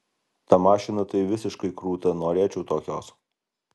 ta mašina tai visiškai krūta norėčiau tokios